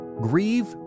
grieve